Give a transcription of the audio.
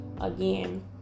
again